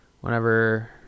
whenever